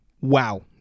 Wow